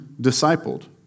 discipled